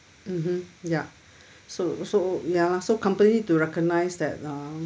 mmhmm ya so so ya so company do recognise that um